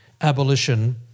abolition